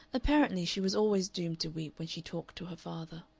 apparently she was always doomed to weep when she talked to her father.